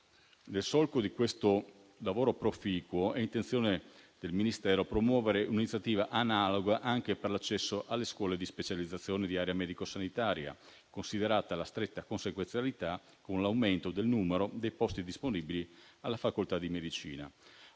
Nel solco di questo lavoro proficuo, è intenzione del Ministero promuovere un'iniziativa analoga anche per l'accesso alle scuole di specializzazione di area medico-sanitaria, considerata la stretta consequenzialità con l'aumento del numero dei posti disponibili alla facoltà di medicina.